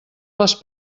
les